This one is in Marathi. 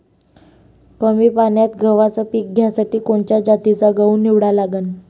कमी पान्यात गव्हाचं पीक घ्यासाठी कोनच्या जातीचा गहू निवडा लागन?